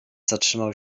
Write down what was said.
zatrzymał